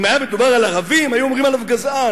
אם היה מדובר על ערבים היו אומרים עליו גזען.